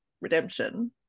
redemption